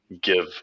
give